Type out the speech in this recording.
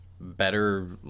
better